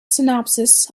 synopsis